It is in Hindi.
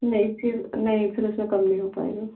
नहीं फिर नहीं फिर उसमें कम नहीं हो पाएगा